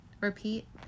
Repeat